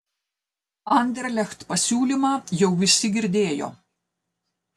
anderlecht pasiūlymą jau visi girdėjo